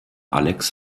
alex